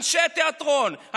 אנשי התיאטרון,